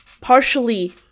partially